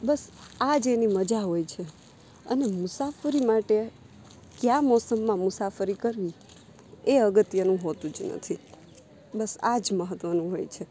બસ આ જ એની મજા હોય છે અને મુસાફરી માટે કયા મોસમમાં મુસાફરી કરવી એ અગત્યનું હોતું જ નથી બસ આજ મહત્ત્વનું હોય છે